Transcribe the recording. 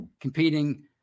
competing